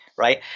right